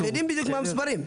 אנחנו יודעים בדיוק מה המספרים.